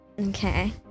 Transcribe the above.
Okay